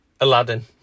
Aladdin